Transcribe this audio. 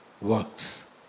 works